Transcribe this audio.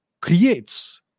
creates